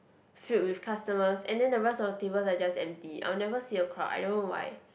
filled with customers and then the rest of the tables are just empty I'll never see a crowd I don't know why